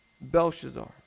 Belshazzar